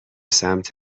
سمت